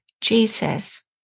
Jesus